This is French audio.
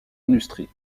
industrie